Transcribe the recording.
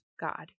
God